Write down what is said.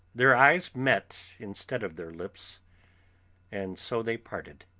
their eyes met instead of their lips and so they parted.